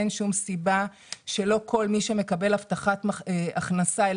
אין שום סיבה שלא כל מי שמקבל הבטחת הכנסה יקבל.